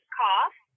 cough